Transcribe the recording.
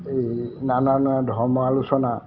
এই নানা নানা ধৰ্ম আলোচনা